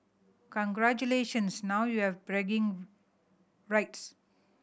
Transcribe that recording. congratulations now you have bragging rights